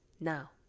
Now